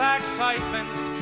excitement